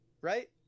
Right